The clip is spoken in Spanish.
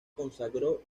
consagró